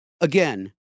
again